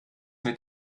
mit